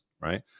right